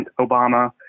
Obama